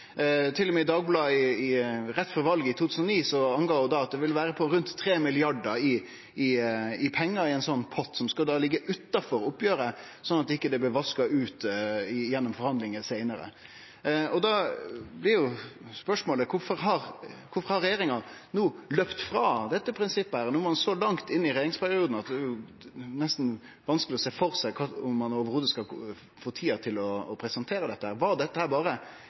med i Dagbladet rett før valet i 2009 oppgav ho at det ville vere rundt 3 mrd. kr i ein slik pott, som skal liggje utanfor oppgjeret, slik at det ikkje blir vaska ut gjennom forhandlingar seinare. Da blir jo spørsmålet: Kvifor har regjeringa gått frå dette prinsippet? No er ein så langt inn i regjeringsperioden at det nesten er vanskeleg å sjå for seg at ein skal få tid til å presentere dette. Var dette berre